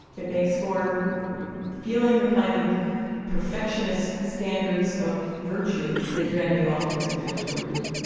it makes for feeling the kind of perfectionist standards of virtue that your enemy often doesn't feel towards you.